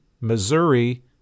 Missouri